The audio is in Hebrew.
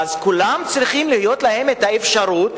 לכולם צריכה להיות האפשרות